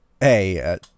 Hey